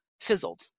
fizzled